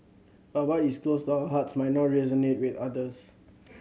but what is close to our hearts might not resonate with others